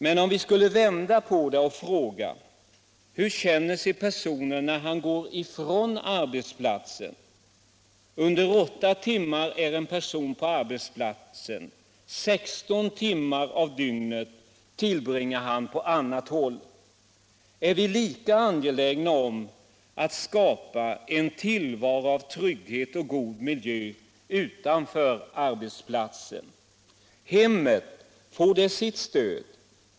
Men om vi skulle vända på det och fråga: Hur känner sig personen när han går ifrån arbetsplatsen? Under åtta timmar är en person på arbetsplatsen, sexton timmar av dygnet tillbringar han på annat håll. Är vi lika angelägna om att skapa en tillvaro av trygghet och god miljö utanför arbetsplatsen? Hemmet, får det sitt stöd?